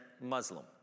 Muslim